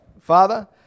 Father